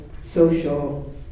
social